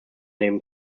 nehmen